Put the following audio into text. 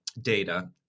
data